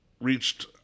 reached